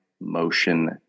motion